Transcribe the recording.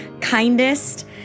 kindest